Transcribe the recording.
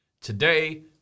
Today